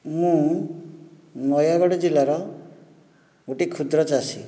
ମୁଁ ନୟାଗଡ଼ ଜିଲ୍ଲାର ଗୋଟିଏ କ୍ଷୁଦ୍ର ଚାଷୀ